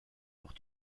auch